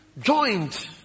Joined